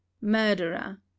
Murderer